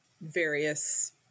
various